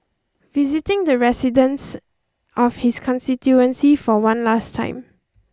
visiting the residents of his constituency for one last time